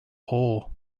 whole